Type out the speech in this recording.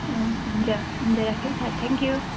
हुन्छ हुन्छ राखेँ है त थ्याङ्क यू